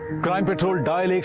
crime patrol dial